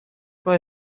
mae